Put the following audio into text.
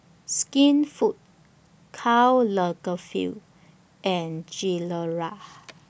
Skinfood Karl Lagerfeld and Gilera